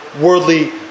worldly